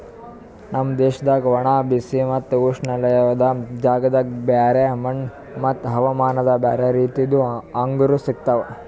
ನಮ್ ದೇಶದಾಗ್ ಒಣ, ಬಿಸಿ ಮತ್ತ ಉಷ್ಣವಲಯದ ಜಾಗದಾಗ್ ಬ್ಯಾರೆ ಮಣ್ಣ ಮತ್ತ ಹವಾಮಾನದಾಗ್ ಬ್ಯಾರೆ ರೀತಿದು ಅಂಗೂರ್ ಸಿಗ್ತವ್